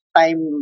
time